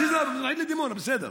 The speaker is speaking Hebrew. דימונה, בסדר.